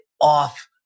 off